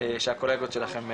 שהקולגות שלכם ידברו.